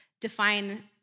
define